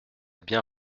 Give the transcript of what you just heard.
bien